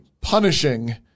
punishing